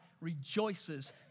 rejoices